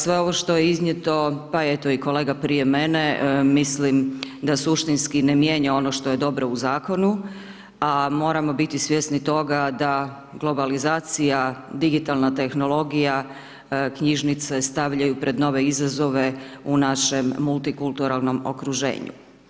Sve ovo što je iznijeto, pa eto, i kolega prije mene, mislim da suštinski ne mijenja ono što je dobro u Zakonu, a moramo biti svjesni toga da globalizacija, digitalna tehnologija, knjižnice stavljaju pred nove izazove u našem multikulturalnom okruženju.